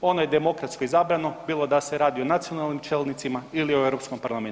Ono je demokratsko izabrano, bilo da se radi o nacionalnim čelnicima ili o Europskom parlamentu.